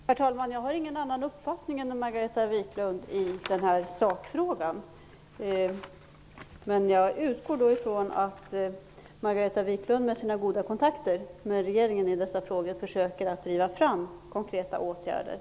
Herr talman! Jag har ingen annan uppfattning än Margareta Viklund i den här sakfrågan. Men jag utgår från att Margareta Viklund, med sina goda kontakter med regeringen i dessa frågor, försöker att driva fram konkreta åtgärder.